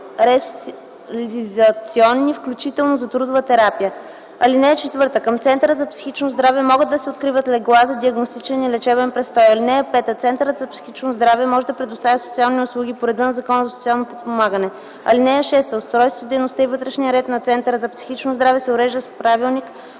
(4) Към центъра за психично здраве могат да се откриват легла за диагностичен и лечебен престой. (5) Центърът за психично здраве може да предоставя социални услуги по реда на Закона за социалното подпомагане. (6) Устройството, дейността и вътрешният ред на центъра за психично здраве се уреждат с правилник,